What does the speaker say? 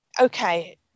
Okay